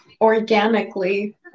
Organically